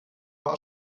war